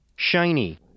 shiny